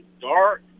dark